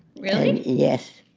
really? yes.